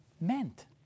meant